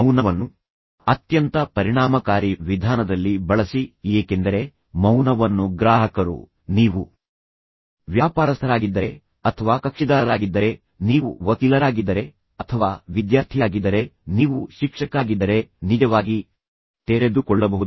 ಮೌನವನ್ನು ಅತ್ಯಂತ ಪರಿಣಾಮಕಾರಿ ವಿಧಾನದಲ್ಲಿ ಬಳಸಿ ಏಕೆಂದರೆ ಮೌನವನ್ನು ಗ್ರಾಹಕರು ನೀವು ವ್ಯಾಪಾರಸ್ಥರಾಗಿದ್ದರೆ ಅಥವಾ ಕಕ್ಷಿದಾರರಾಗಿದ್ದರೆ ನೀವು ವಕೀಲರಾಗಿದ್ದರೆ ಅಥವಾ ಯಾರಾದರೂ ಅಥವಾ ವಿದ್ಯಾರ್ಥಿಯಾಗಿದ್ದರೆ ನೀವು ಶಿಕ್ಷಕರಾಗಿದ್ದರೆ ನಿಜವಾಗಿ ತೆರೆದುಕೊಳ್ಳಬಹುದು